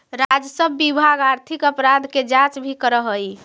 राजस्व विभाग आर्थिक अपराध के जांच भी करऽ हई